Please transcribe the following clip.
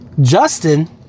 Justin